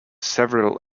several